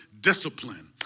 discipline